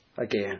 again